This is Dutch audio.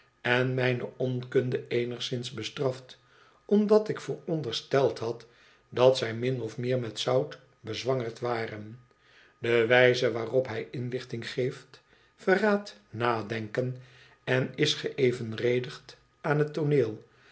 en mijneonkunde eenigszins bestraft omdat ik voorondersteld had dat zij min of meer met zout bezwangerd waren de wijze waarop hij inlichting geeft verraadt nadenken en is geëvenredigd aan t tooneel